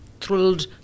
thrilled